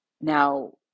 Now